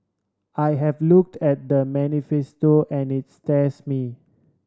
I have looked at the manifesto and it stirs me